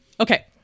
Okay